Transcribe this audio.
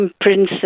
prince